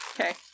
Okay